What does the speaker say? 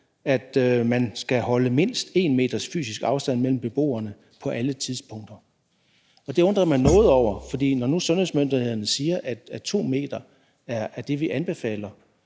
at man skal have mindst 1 m's fysisk afstand mellem beboerne på alle tidspunkter. Det undrer jeg mig noget over, for når nu sundhedsmyndighederne siger, at 2 m er det, de anbefaler,